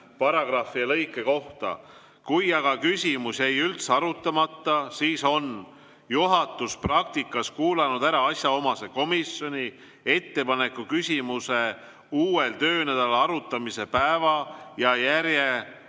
paragrahvi ja lõike kohta järgmist: "Kui aga küsimus jäi üldse arutamata, siis on juhatus praktikas kuulanud ära asjaomase komisjoni ettepaneku küsimuse uuel töönädalal arutamise päeva ja järjekoha